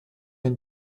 den